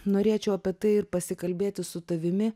norėčiau apie tai ir pasikalbėti su tavimi